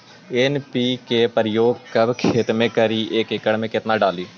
NPK प्रयोग कब खेत मे करि एक एकड़ मे कितना डाली?